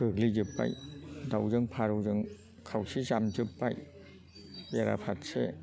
गोग्लैजोबबाय दावजों फारौजों खावसे जामजोबबाय बेरा फारसे